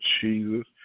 Jesus